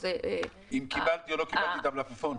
אם קיבלתי או לא קיבלתי את המלפפון?